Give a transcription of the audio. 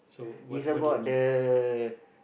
is about the